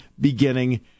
beginning